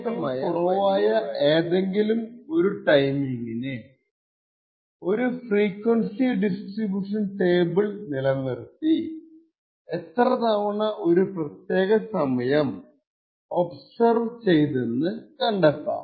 അത്കൊണ്ട് ത്രെഷോൾഡിനേക്കാളും കുറവായ ഏതെങ്കിലും ഒരു ടൈമിംഗിന് ഒരു ഫ്രീക്വൻസി ഡിസ്ട്രിബൂഷൻ ടേബിൾ നിലനിർത്തി എത്ര തവണ ഒരു പ്രത്യേക സമയം ഒബ്സർവ് ചെയ്തെന്നു കണ്ടെത്തും